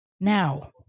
now